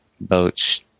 boats